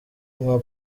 nka